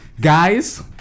Guys